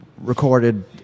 recorded